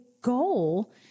goal